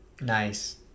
Nice